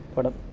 പടം